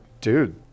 Dude